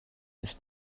ist